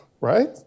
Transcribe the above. right